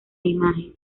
imagen